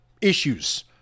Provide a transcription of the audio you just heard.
issues